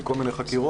מכל מיני חקירות,